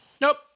Nope